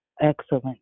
excellent